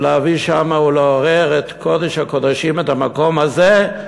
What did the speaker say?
ולהביא שמה ולעורר את קודש הקודשים, את המקום הזה,